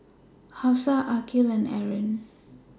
Hafsa Aqil and Aaron